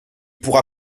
pourra